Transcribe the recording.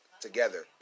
together